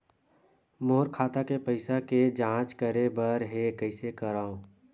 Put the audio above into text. मोर खाता के पईसा के जांच करे बर हे, कइसे करंव?